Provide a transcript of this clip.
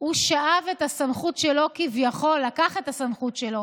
הוא שאב את הסמכות שלו, כביכול, לקח את הסמכות שלו